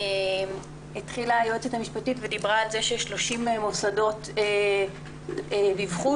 אמרה היועצת המשפטית ש-30 מוסדות דיווחו